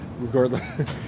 Regardless